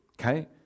Okay